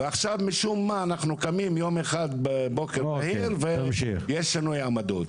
אנחנו קמים בוקר בהיר אחד ויש שינוי עמדות.